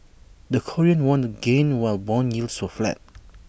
the Korean won gained while Bond yields were flat